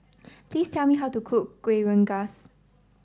please tell me how to cook Kueh Rengas